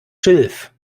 schilf